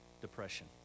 Depression